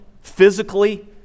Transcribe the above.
physically